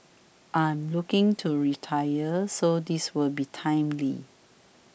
I'm looking to retire so this will be timely